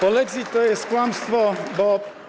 Polexit to jest kłamstwo, bo.